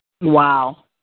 Wow